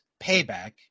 Payback